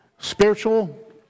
Spiritual